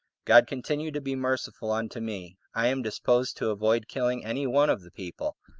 god continue to be merciful unto me i am disposed to avoid killing any one of the people,